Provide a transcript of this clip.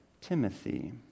Timothy